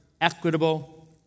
equitable